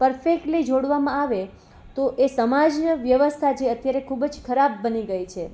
perfectly જોડવામાં આવે તો એ સમાજ વ્યવસ્થા જે અત્યારે ખૂબ જ ખરાબ બની ગઈ છે